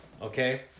okay